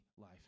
life